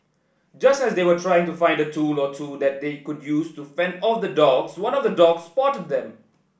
just as they were trying to find a tool or two that they could use to fend off the dogs one of the dogs spotted them